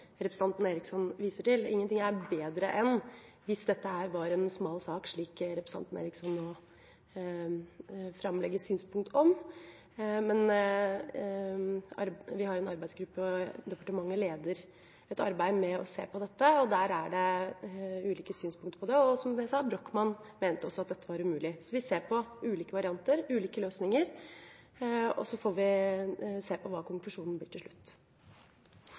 representanten Eriksson viser til. Ingenting hadde vært bedre enn at dette var en smal sak, slik representanten Eriksson framlegger synspunkt om. Men departementet leder et arbeid med å se på dette, og der er det ulike synspunkter på det. Og som jeg sa: Brochmann-utvalget mente også at dette var umulig. Vi ser på ulike varianter, ulike løsninger, og så får vi se hva konklusjonen blir til slutt.